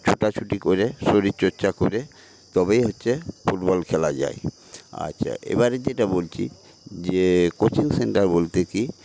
ছোটাছুটি করে শরীরচর্চা করে তবেই হচ্ছে ফুটবল খেলা যায় আচ্ছা এবারে যেটা বলছি যে কোচিং সেন্টার বলতে কী